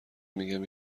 میگم